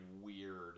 weird